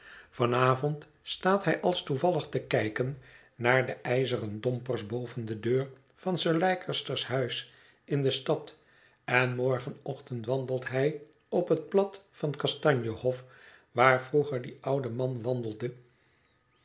avond staat hij als toevallig te kijken naar de ijzeren dompers boven de deur van sir leicester's huis in de stad en morgenochtend wandelt hij op het plat van kastanje hof waar vroeger die oude man